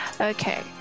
Okay